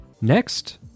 next